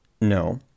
No